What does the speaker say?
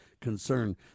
concern